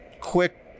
quick